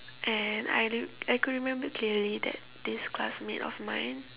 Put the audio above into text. and I I could remember clearly that this classmate of mine